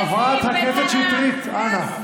חברת הכנסת שטרית, אנא.